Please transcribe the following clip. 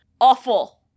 Awful